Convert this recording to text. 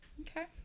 Okay